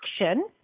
action